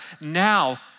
now